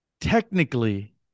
technically